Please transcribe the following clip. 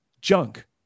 junk